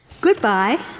goodbye